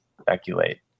speculate